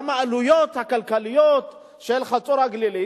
גם העלויות הכלכליות של חצור-הגלילית,